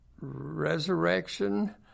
resurrection